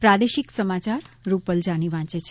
પ્રાદેશિક સમાચાર રૂપલ જાની વાંચે છે